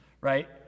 right